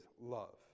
love